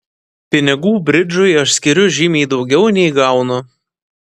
pinigų bridžui aš skiriu žymiai daugiau nei gaunu